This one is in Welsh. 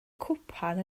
cwpan